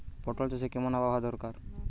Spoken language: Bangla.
পটল চাষে কেমন আবহাওয়া দরকার?